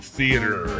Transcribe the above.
Theater